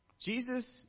Jesus